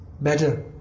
better